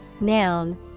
noun